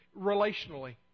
relationally